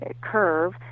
curve